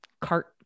cart